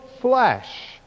flesh